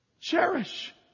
Cherish